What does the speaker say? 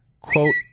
quote